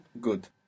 Good